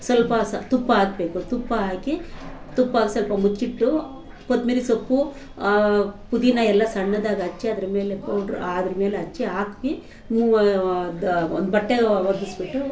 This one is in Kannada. ಸ್ವಲ್ಪ ಸ ತುಪ್ಪ ಹಾಕ್ಬೇಕು ತುಪ್ಪ ಹಾಕಿ ತುಪ್ಪ ಸ್ವಲ್ಪ ಮುಚ್ಚಿಟ್ಟು ಕೊತಂಬ್ರಿ ಸೊಪ್ಪು ಪುದೀನ ಎಲ್ಲ ಸಣ್ಣದಾಗಿ ಹೆಚ್ಚಿ ಅದ್ರಮೇಲೆ ಪೌಡ್ರ್ ಆದಮೇಲೆ ಹೆಚ್ಚಿ ಹಾಕಿ ಮು ಒಂದು ಬಟ್ಟೆ ಹೊದಿಸ್ಬಿಟ್ಟು